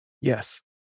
Yes